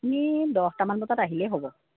আপুনি দহটামান বজাত আহিলেই হ'ব